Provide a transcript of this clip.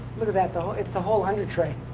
look at that, though. it's the whole under train.